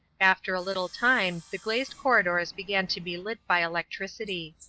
after a little time the glazed corridors began to be lit by electricity.